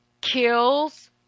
kills